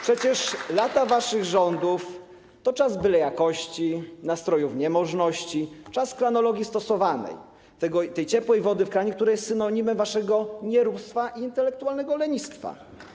Przecież lata waszych rządów to czas bylejakości, nastrojów niemożności, czas kranologii stosowanej, tej ciepłej wody w kranie, która jest synonimem waszego nieróbstwa i intelektualnego lenistwa.